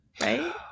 right